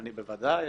בוודאי.